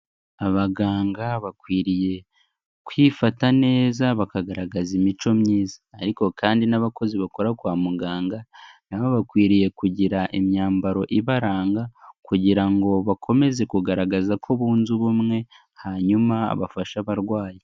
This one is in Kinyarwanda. Abaganga bakwiriye kwifata neza bakagaragaza imico myiza, ariko kandi n'abakozi bakora kwa muganga na bo bakwiriye kugira imyambaro ibaranga kugira ngo bakomeze kugaragaza ko bunze ubumwe, hanyuma bafashe abarwayi.